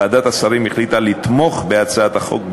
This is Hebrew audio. ועדת השרים החליטה לתמוך בהצעת החוק,